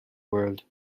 world